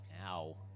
Ow